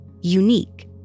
unique